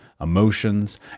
emotions